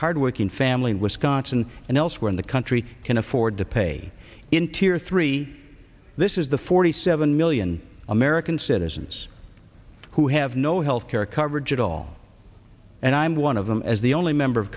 hardworking family in wisconsin and elsewhere in the country can afford to pay in to or three this is the forty seven million american citizens who have no health care coverage at all and i'm one of them as the only member of